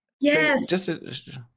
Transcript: Yes